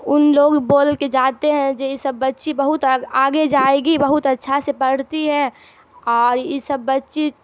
ان لوگ بول کے جاتے ہیں جو یہ سب بچی بہت آگے جائے گی بہت اچھا سے پڑھتی ہے اور یہ سب بچی